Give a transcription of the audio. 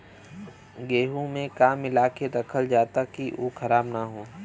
गेहूँ में का मिलाके रखल जाता कि उ खराब न हो?